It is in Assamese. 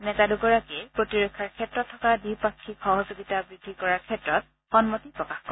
নেতা দূগৰাকীয়ে প্ৰতিৰক্ষাৰ ক্ষেত্ৰত থকা দ্বিপাক্ষিক সহযোগিতা বৃদ্ধি কৰাৰ ক্ষেত্ৰত সন্মতি প্ৰকাশ কৰে